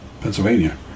Pennsylvania